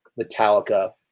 Metallica